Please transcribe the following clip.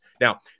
Now